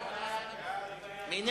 מי